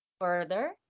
further